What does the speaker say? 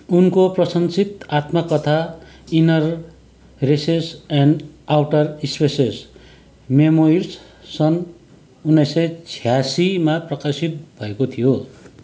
उनको प्रशंसित आत्मकथा inner races and outer spaces memoirs सन् उन्नाइस सय छ्यासीमा प्रकाशित भएको थियो